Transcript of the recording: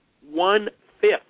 one-fifth